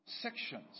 sections